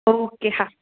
okay હા